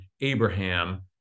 Abraham